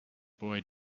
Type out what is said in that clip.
boy